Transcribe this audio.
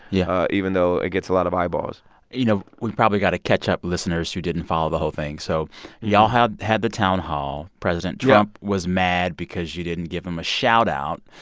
yeah. even though it gets a lot of eyeballs you know, we probably got to catch up listeners who didn't follow the whole thing. so y'all had had the town hall yeah president trump was mad because you didn't give him a shoutout.